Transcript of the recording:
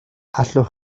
allwch